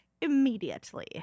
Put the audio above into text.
immediately